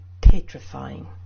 petrifying